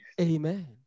Amen